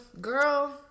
girl